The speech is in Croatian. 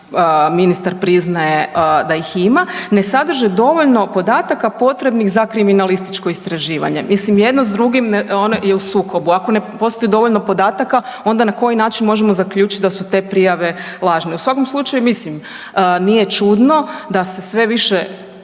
ministar priznaje da ih ima, ne sadrže dovoljno podataka potrebnih za kriminalističko istraživanje, mislim jedno s drugim je u sukobu. Ako ne postoji dovoljno podataka onda na koji način možemo zaključiti da su te prijave lažne? U svakom slučaju mislim nije čudno da se sve više